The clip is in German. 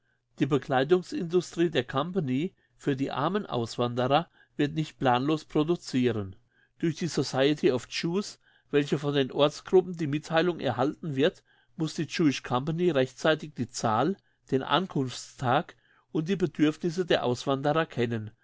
die bekleidungsindustrie der company für die armen auswanderer wird nicht planlos produciren durch die society of jews welche von den ortsgruppen die mittheilung erhalten wird muss die jewish company rechtzeitig die zahl den ankunftstag und die bedürfnisse der auswanderer kennen